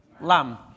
Lamb